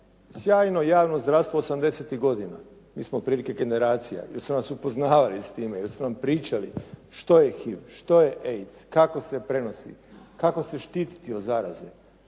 sjajno javno zdravstvo osamdesetih godina. Mi smo otprilike generacija, jer su nas upoznavali s time, jer su nam pričali što je HIV, što je AIDS, kako se prenosi, kako se štititi od zaraze.